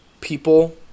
people